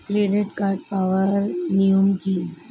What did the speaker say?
Credit card পাওয়ার নিয়ম কী?